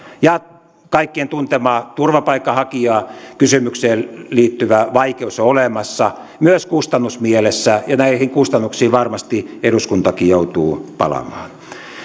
ja kaikkien tuntema turvapaikanhakijakysymykseen liittyvä vaikeus on olemassa myös kustannusmielessä ja näihin kustannuksiin varmasti eduskuntakin joutuu palaamaan